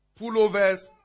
pullovers